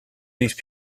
these